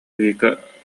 вика